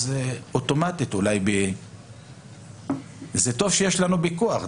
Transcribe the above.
אוטומטית זה טוב שיש לנו פיקוח,